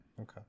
Okay